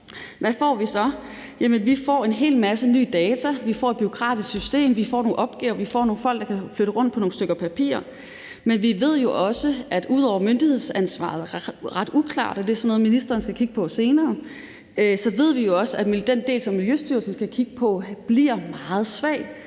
Hvad får vi så? Jamen vi får en hel masse nye data, vi får et bureaukratisk system, vi får nogle opgaver, vi får nogle folk, der kan flytte rundt på nogle stykker papir. Men vi ved jo også – udover at myndighedsansvaret er ret uklart, og det er sådan noget ministeren skal kigge på senere – at den del, som Miljøstyrelsen skal kigge på, bliver meget svag.